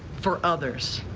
for others.